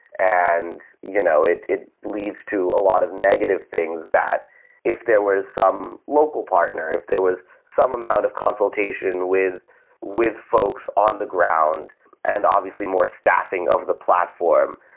and you know it it leads to a lot of negative things that if there were some local partner, if there was some amount of consultation with with folks on the ground and obviously more staffing of the platform,